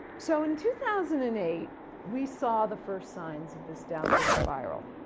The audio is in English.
so, in two thousand and eight we saw the first signs of this downward spiral.